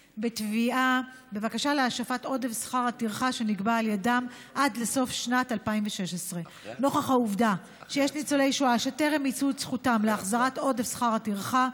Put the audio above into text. בתביעה בבקשה להשבת עודף שכר הטרחה שנגבה על ידם עד לסוף שנת 2016. נוכח העובדה שיש ניצולי שואה שטרם מיצו את זכותם להחזרת עודף שכר הטרחה,